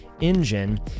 Engine